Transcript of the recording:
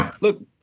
look